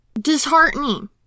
disheartening